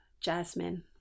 jasmine